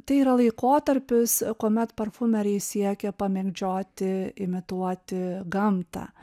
tai yra laikotarpis kuomet parfumeriai siekė pamėgdžioti imituoti gamtą